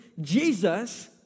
Jesus